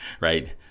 Right